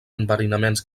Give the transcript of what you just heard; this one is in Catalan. enverinaments